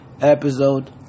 episode